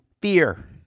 fear